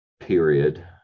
period